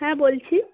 হ্যাঁ বলছি